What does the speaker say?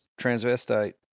transvestite